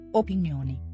opinioni